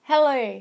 Hello